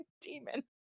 demon